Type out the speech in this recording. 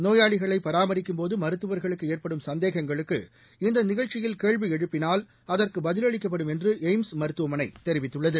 நோயாளிகளைபராமரிக்கும் போதுமருத்துவர்களுக்குஏற்படும் சந்தேகங்களுக்கு இந்தநிகழ்ச்சியில் கேள்விஎழுப்பினால் அதற்குபதிலளிக்கப்படும் என்றுஎய்ம்ஸ் மருத்துவமனைதெரிவித்துள்ளது